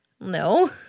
no